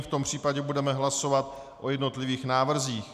V tom případě budeme hlasovat o jednotlivých návrzích.